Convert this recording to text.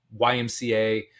YMCA